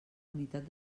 unitat